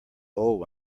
old